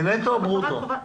זה נטו או ברוטו?